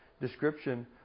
description